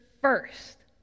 first